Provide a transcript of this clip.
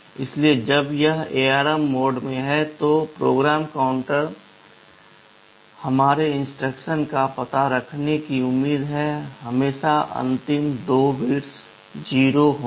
इसलिए जब यह ARM मोड में है तो PC में हमारे इंस्ट्रक्शन का पता रखने की उम्मीद है हमेशा अंतिम 2 बिट 0 होंगे